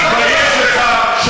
תתבייש לך.